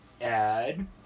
add